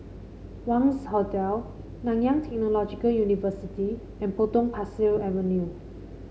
Wangz Hotel Nanyang Technological University and Potong Pasir Avenue